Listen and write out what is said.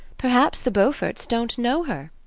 perhaps the beauforts don't know her,